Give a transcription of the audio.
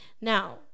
Now